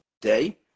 day